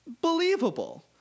believable